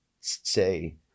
say